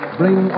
bring